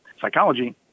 psychology